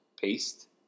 paste